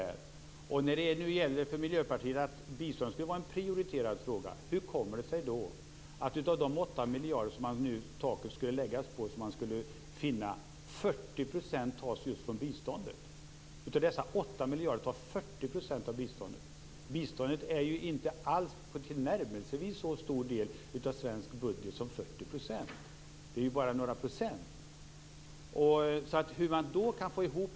När nu biståndet skall vara en prioriterad fråga för Miljöpartiet undrar jag hur det kommer sig att av de 8 miljarder kronorna, där skall ju taket ligga, skall 40 % tas från just biståndet. Men biståndet utgör inte tillnärmelsevis en så stor del av svensk budget som 40 %, utan det är bara några procent. Jag undrar hur man kan få detta att gå ihop.